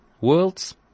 worlds